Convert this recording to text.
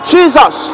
Jesus